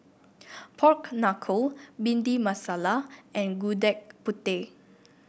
Pork Knuckle Bhindi Masala and Gudeg Putih